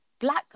Black